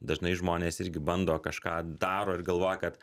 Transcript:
dažnai žmonės irgi bando kažką daro ir galvoja kad